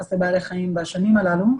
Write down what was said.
ביחס לבעלי חיים בשנים הללו,